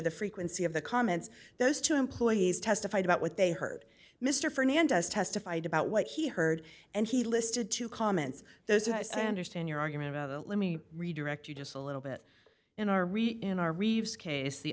the frequency of the comments those two employees testified about what they heard mr fernandez testified about what he heard and he listed two comments those are as i understand your argument about let me redirect you just a little bit in our re in our reeves case